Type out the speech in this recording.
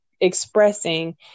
expressing